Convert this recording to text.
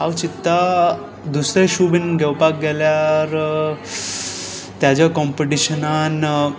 हांव चिंत्ता दुसरे शू बीन घेवपाक गेल्यार ताज्या कॉम्पिटिशनान